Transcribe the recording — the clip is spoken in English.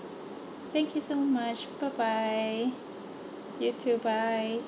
thank you so much bye bye you too bye